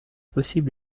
possible